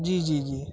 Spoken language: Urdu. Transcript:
جی جی جی